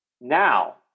Now